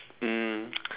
um